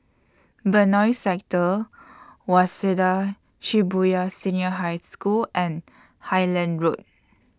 Benoi Sector Waseda Shibuya Senior High School and Highland Road